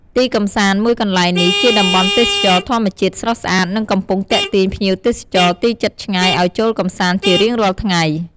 ទីកម្សាន្តមួយកន្លែងនេះ ជាតំបន់ទេសចរណ៍ធម្មជាតិស្រស់ស្អាត និងកំពុងទាក់ទាញភ្ញៀវទេសចរទីជិតឆ្ងាយឱ្យចូលកម្សាន្តជារៀងរាល់ថ្ងៃ។